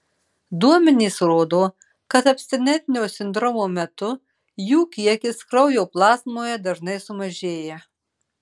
duomenys rodo kad abstinentinio sindromo metu jų kiekis kraujo plazmoje dažnai sumažėja